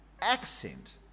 accent